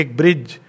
bridge